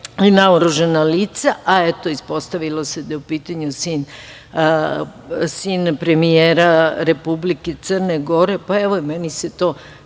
i naoružana lica? Eto, ispostavilo se da je u pitanju sin premijera Republike Crne Gore. Pa, evo, meni se to